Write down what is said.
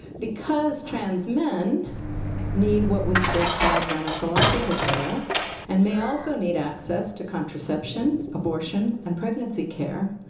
because trans men need what we still call gynecological care and may also need access to contraception, abortion, and pregnancy care,